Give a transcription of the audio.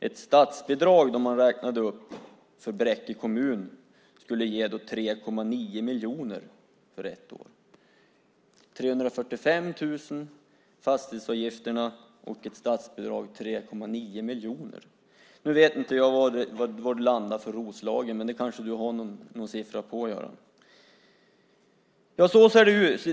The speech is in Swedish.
Ett uppräknat statsbidrag för Bräcke kommun skulle ge 3,9 miljoner kronor för ett år. 345 000 för fastighetsavgifterna kan jämföras med ett statsbidrag på 3,9 miljoner. Nu vet jag inte var det landar för Roslagen, men det kanske Göran har någon siffra på. Så ser det ut.